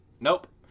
nope